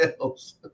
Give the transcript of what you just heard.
else